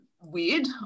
weird